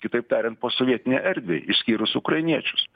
kitaip tariant posovietinei erdvei išskyrus ukrainiečius